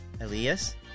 elias